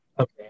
Okay